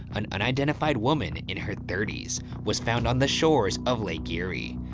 an unidentified woman in her thirty s, was found on the shores of lake eerie.